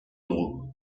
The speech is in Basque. dugu